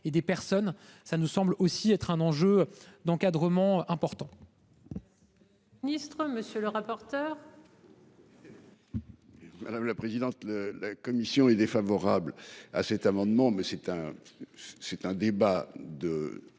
et des personnes, ça nous semble aussi être un enjeu d'encadrement important.